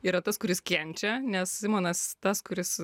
yra tas kuris kenčia nes simonas tas kuris